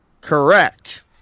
Correct